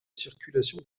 circulation